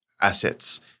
assets